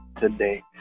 today